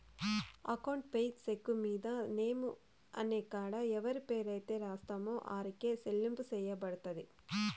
account payee cheque మీద name అనే కాడ ఎవరి పేరైతే రాస్తామో ఆరికే సెల్లింపు సెయ్యబడతది